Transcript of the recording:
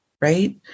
right